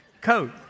coat